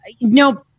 no